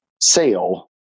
sale